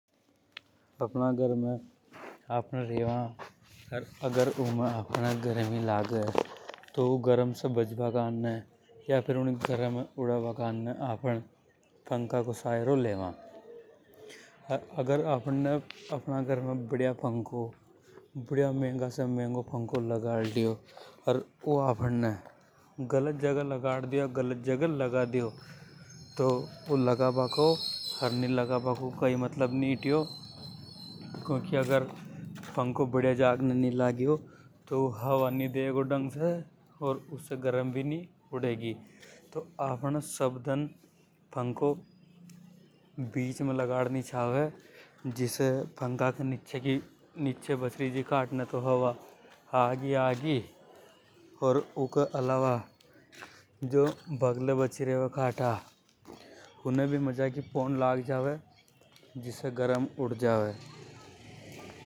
आपहने घर में रेवा अगर उमे आफ़न गर्मी लागे तो ऊ गरम से बच बा कारने। या फेर ऊनिय गरम ये उड़ा बा करने आफ़न फांका को सायरो लेवा। अगर आपने घर में बढ़िया मेंगा से मैंगो पंखों लगाड़ लियो। अर ऊ अपहाने गलत जागे लगाड़ दियो। क्योंकि अगर पंखों बढ़िया जाग ने नि लगीयो तो ये हवा नि डीगो ढंकी । अर उसे गरम भी नि उड़ेगी। आफ़न सब दन फांकों बीच लगा नि चावे। ऊके अलावा बगले बची रेवे जो खाटा उने भी पौन लगे। जिसे गरम उड़ जावे।